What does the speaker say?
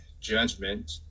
judgment